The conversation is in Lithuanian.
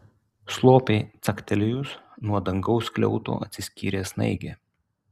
slopiai caktelėjus nuo dangaus skliauto atsiskyrė snaigė